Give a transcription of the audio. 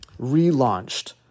relaunched